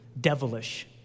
devilish